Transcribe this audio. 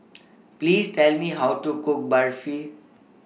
Please Tell Me How to Cook Barfi